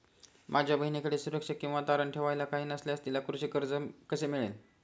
माझ्या बहिणीकडे सुरक्षा किंवा तारण ठेवायला काही नसल्यास तिला कृषी कर्ज कसे मिळेल?